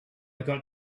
got